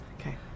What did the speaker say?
Okay